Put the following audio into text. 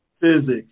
physics